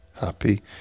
happy